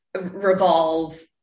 revolve